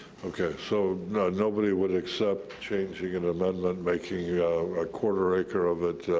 okay, so nobody would accept changing and an amendment making a quarter acre of it,